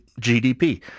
GDP